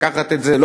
לקחת את זה,